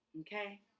Okay